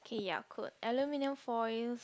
okay yeah could aluminium foils